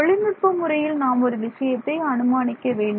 தொழில்நுட்ப முறையில் நாம் ஒரு விஷயத்தை அனுமானிக்க வேண்டும்